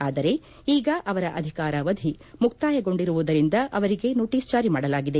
ಆದರೆ ಈಗ ಅವರ ಅಧಿಕಾರಾವಧಿ ಮುಕ್ತಾಯಗೊಂಡಿರುವುದರಿಂದ ಅವರಿಗೆ ನೋಟಿಸ್ ಜಾರಿ ಮಾಡಲಾಗಿದೆ